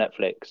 Netflix